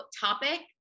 topic